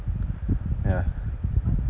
ya